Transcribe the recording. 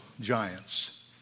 giants